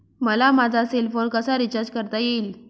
मला माझा cell phone कसा रिचार्ज करता येईल?